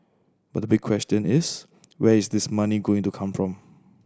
but the big question is where is this money going to come from